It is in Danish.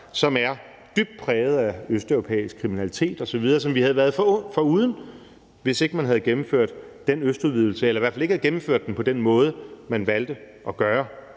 der er dybt præget af østeuropæisk kriminalitet osv., som vi havde været foruden, hvis ikke man havde gennemført den østudvidelse – eller i hvert fald ikke havde gennemført den på den måde, man valgte at gøre